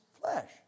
flesh